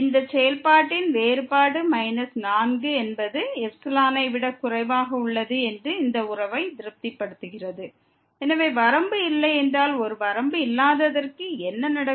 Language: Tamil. இந்த செயல்பாட்டின் வேறுபாடு மைனஸ் 4 என்பது ε ஐ விட குறைவாக உள்ளது என்பதே அந்த உறவு எனவே வரம்பு இல்லை என்றால் ஒரு வரம்பு இல்லாததற்கு என்ன நடக்கும்